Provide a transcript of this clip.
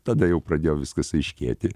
tada jau pradėjo viskas aiškėti